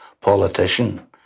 politician